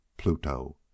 Pluto